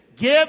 give